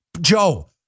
Joe